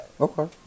okay